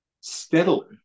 steadily